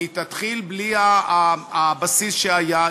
היא תתחיל בלי הבסיס שהיה.